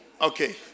Okay